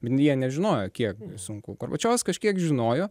m jie nežinojo kiek sunku gorbačiovas kažkiek žinojo